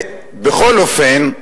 בכל אופן,